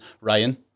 Ryan